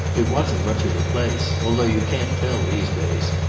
it wasn't much of a place. although you can't tell these days.